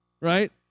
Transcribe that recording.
right